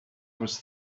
was